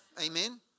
Amen